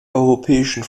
europäischen